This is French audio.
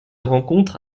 rencontre